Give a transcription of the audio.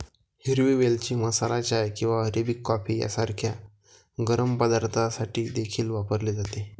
हिरवी वेलची मसाला चाय किंवा अरेबिक कॉफी सारख्या गरम पदार्थांसाठी देखील वापरली जाते